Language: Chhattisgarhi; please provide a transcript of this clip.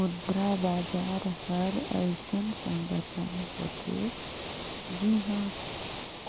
मुद्रा बजार हर अइसन संगठन होथे जिहां